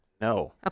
No